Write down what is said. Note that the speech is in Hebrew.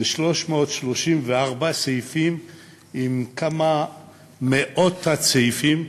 זה 334 סעיפים עם כמה מאות תת-סעיפים,